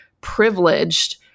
privileged